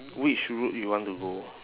which route you want to go